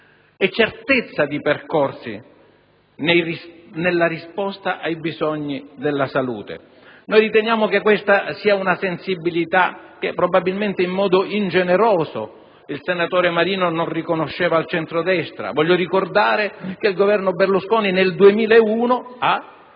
e certezza di percorsi nella risposta ai bisogni della salute. Questa è una sensibilità che, in modo ingeneroso probabilmente, il senatore Marino non riconosceva al centrodestra. Voglio ricordare che il Governo Berlusconi nel 2001 ha